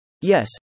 yes